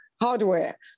hardware